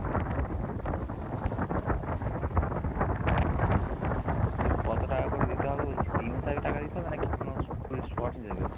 আচ্ছা আচ্ছা তো কত টাকা করে দিতে হবে বলছি দিন হিসাবে টাকা দিতে হবে নাকি কোনও টুরিস্ট স্পট হিসেবে